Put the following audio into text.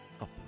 Up